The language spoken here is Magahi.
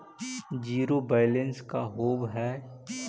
जिरो बैलेंस का होव हइ?